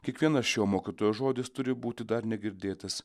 kiekvienas šio mokytojo žodis turi būti dar negirdėtas